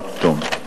עד תום.